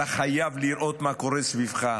אתה חייב לראות מה קורה סביבך.